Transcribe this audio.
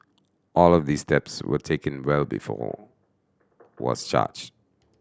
all of these steps were taken well before was charged